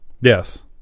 Yes